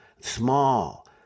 small